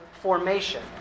formation